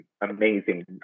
amazing